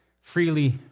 Freely